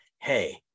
hey